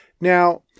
Now